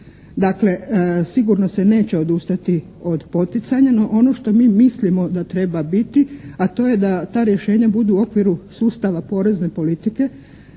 Dakle, sigurno se neće odustati od poticanja. No, ono što mi mislimo da treba biti, a to je da ta rješenja budu u okviru sustava porezne politike,